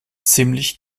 ziemlich